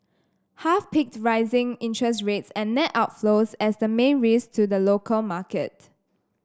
half picked rising interest rates and net outflows as the main risks to the local market